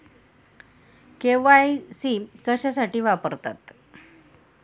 KYC कशासाठी वापरतात?